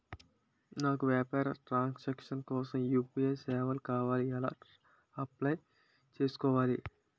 నా వ్యాపార transaction కోసం యు.పి.ఐ సేవలు కావాలి ఎలా అప్లయ్ చేసుకోవాలి?